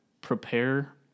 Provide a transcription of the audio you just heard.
prepare